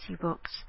books